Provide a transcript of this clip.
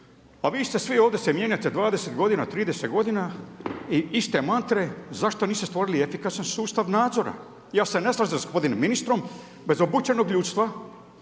a vi ste svi ovdje se mijenjate 20 godina, 30 godina i iste mantre zašto niste stvorili efikasan sustav nadzora. I ja se ne slažem sa gospodinom ministrom, bez obučenog ljudstva,